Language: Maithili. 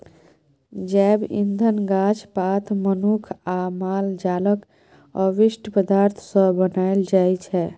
जैब इंधन गाछ पात, मनुख आ माल जालक अवशिष्ट पदार्थ सँ बनाएल जाइ छै